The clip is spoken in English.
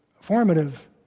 formative